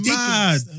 mad